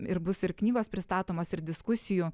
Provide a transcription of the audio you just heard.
ir bus ir knygos pristatomos ir diskusijų